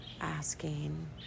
asking